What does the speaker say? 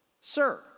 Sir